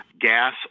gas